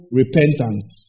repentance